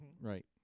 Right